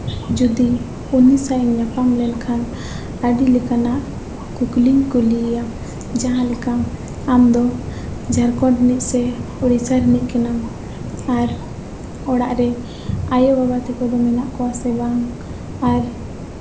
ᱡᱩᱫᱤ ᱩᱱᱤ ᱥᱟᱶ ᱧᱟᱯᱟᱢ ᱞᱮᱱᱠᱷᱟᱱ ᱟᱹᱰᱤ ᱞᱮᱠᱟᱱᱟᱜ ᱠᱩᱠᱞᱤᱧ ᱠᱩᱞᱤᱭᱮᱭᱟ ᱡᱟᱦᱟᱸ ᱞᱮᱠᱟ ᱟᱢᱫᱚ ᱡᱷᱟᱲᱠᱷᱚᱸᱰ ᱨᱤᱱᱤᱡ ᱥᱮ ᱳᱰᱤᱥᱟ ᱨᱤᱱᱤᱡ ᱠᱟᱱᱟᱢ ᱟᱨ ᱚᱲᱟᱜ ᱨᱮ ᱟᱭᱳᱼᱵᱟᱵᱟ ᱛᱟᱠᱚ ᱫᱚ ᱢᱮᱱᱟᱜ ᱠᱚᱣᱟ ᱥᱮ ᱵᱟᱝ ᱟᱨ